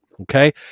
Okay